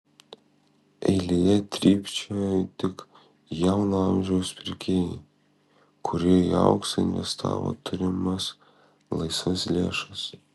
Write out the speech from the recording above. eilėje trypčiojo tik jauno amžiaus pirkėjai kurie į auksą investavo turimas laisvas lėšas